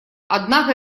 однако